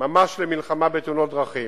למלחמה בתאונות הדרכים.